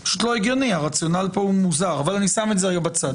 יש פה איזשהו פתח לספק מסוים.